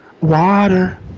water